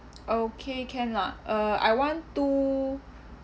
okay can lah uh I want two